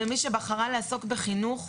מי שבחרה לעסוק בחינוך,